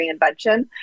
reinvention